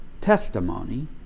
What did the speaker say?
testimony